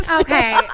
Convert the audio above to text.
Okay